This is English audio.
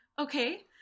okay